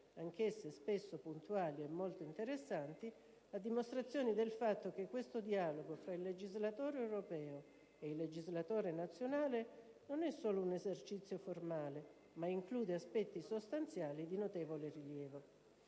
anch'esse spesso puntuali e molto interessanti, a dimostrazione del fatto che questo dialogo tra il legislatore europeo e il legislatore nazionale non è solo un esercizio formale, ma include aspetti sostanziali di notevole rilievo.